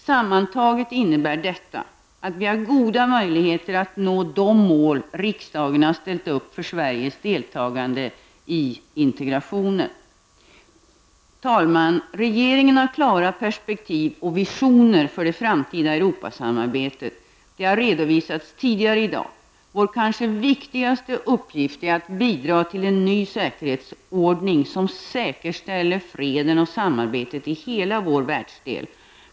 Sammantaget innebär detta att vi har goda möjligheter att nå de mål riksdagen har ställt upp för Sveriges deltagande i Europaintegrationen. Herr talman! Regeringen har klara perspektiv och visioner för det framtida Europasamarbetet. De har redovisats tidigare i dag. Vår kanske viktigaste uppgift är att bidra till en ny säkerhetsordning, som säkerställer freden och samarbetet i hela vår världsdel.